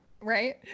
Right